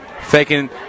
faking